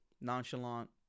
nonchalant